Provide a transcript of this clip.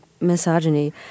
misogyny